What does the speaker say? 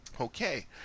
Okay